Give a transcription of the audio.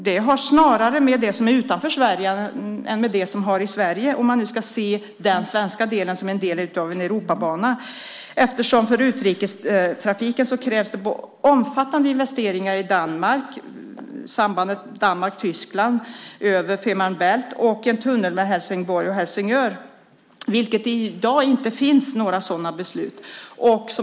Det har snarare med det som är utanför Sverige att göra än med det som är i Sverige, om man nu ska se den svenska delen som en del av en Europabana, eftersom det för utrikestrafiken krävs omfattande investeringar i Danmark, sambandet Danmark-Tyskland, över Femer Baelt och en tunnel mellan Helsingborg och Helsingör. I dag finns inte några sådana beslut.